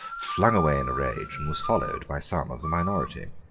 flung away in a rage, and was followed by some of the minority.